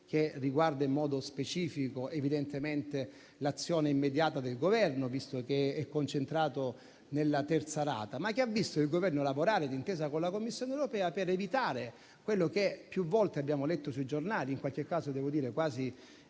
non riguarda in modo specifico l'azione immediata del Governo, visto che è concentrato nella terza rata. Ma ha visto il Governo lavorare d'intesa con la Commissione europea per evitare quello che più volte abbiamo letto sui giornali e che qualcuno immaginava